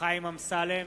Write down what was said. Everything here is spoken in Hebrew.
חיים אמסלם,